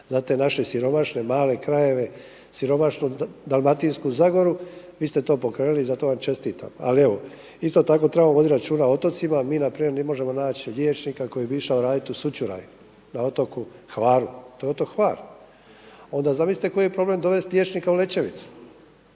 naše male siromašne krajeve, siromašnu Dalmatinsku zagoru. Vi ste to pokrenuli i zato vam čestitam. Ali evo, isto tako treba voditi računa o otocima, mi npr. ne možemo naći liječnika koji bi išao raditi u Sučuraj da otoku Hvaru, to je otok Hvar. Onda zamislite koji je problem dovesti liječnika u Lećevicu,